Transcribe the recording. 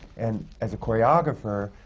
and as a choreographer,